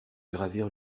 gravir